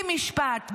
בלי משפט,